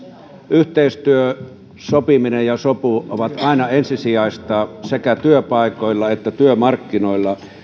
yhteistyö sopiminen ja sopu ovat aina ensisijaisia sekä työpaikoilla että työmarkkinoilla